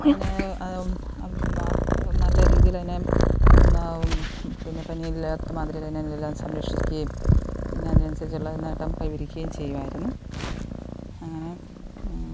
അതിനെ അം നല്ല രീതീയിൽ അതിനെ പിന്നെ പനിയില്ലാത്ത മാതിരിയതിനെയെല്ലാം സംരക്ഷിക്കയും പിന്നെ അതിനനുസരിച്ച് ഉള്ള നേട്ടം കൈവരിക്കുകയും ചെയ്യുവായിരുന്നു അങ്ങനെ